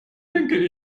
denke